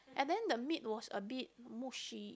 and then the meat was a bit mushy